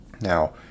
now